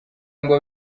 ngo